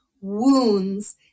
wounds